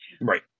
Right